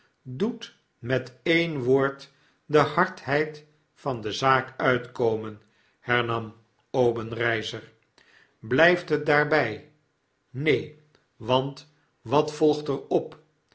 doet met e'en woord de hardheid van de zaak uitkomen hernam obenreizer blijft het daarbij neen wajit wat volgt er op